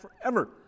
forever